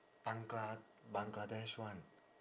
Bangla~ Bangladesh one